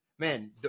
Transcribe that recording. Man